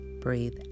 Breathe